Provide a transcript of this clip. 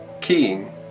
keying